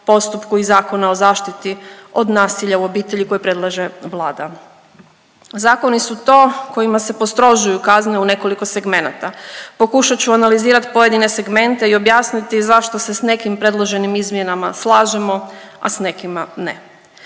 postupku i Zakona o zaštiti od nasilja u obitelji koje predlaže Vlada. Zakoni su to kojima se postrožuju kazne u nekoliko segmenata. Pokušat ću analizirat pojedine segmente i objasniti zašto se s nekim predloženim izmjenama slažemo, a s nekima ne.